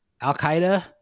Al-Qaeda